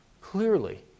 Clearly